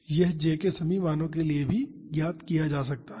यह j के सभी मानों के लिए भी ज्ञात किया जा सकता है